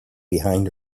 behind